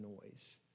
noise